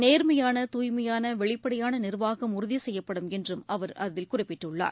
நேர்மையான தூய்மையான வெளிப்படையானநிர்வாகம் உறுதிசெய்யப்படும் என்றும் அவர் அதில் குறிப்பிட்டுள்ளார்